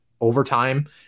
overtime